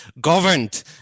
governed